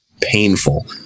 painful